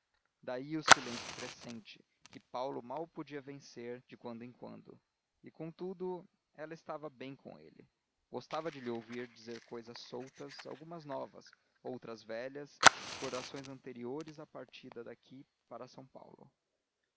daí o silêncio crescente que paulo mal podia vencer de quando em quando e contudo ela estava bem com ele gostava de lhe ouvir dizer cousas soltas algumas novas outras velhas recordações anteriores à partida daqui para são paulo